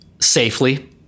safely